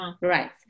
Right